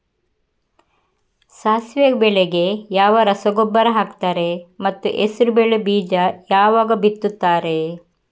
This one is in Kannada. ಸಾಸಿವೆ ಬೆಳೆಗೆ ಯಾವ ರಸಗೊಬ್ಬರ ಹಾಕ್ತಾರೆ ಮತ್ತು ಹೆಸರುಬೇಳೆ ಬೀಜ ಯಾವಾಗ ಬಿತ್ತುತ್ತಾರೆ?